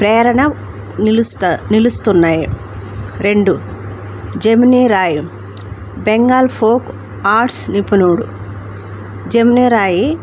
ప్రేరణగా నిలుస్తా నిలుస్తున్నాయి రెండు జెమిని రాయి బెంగాల్ ఫోక్ ఆర్ట్స్ నిపుణుడు జెమిని రాయి